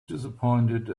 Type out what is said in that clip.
disappointed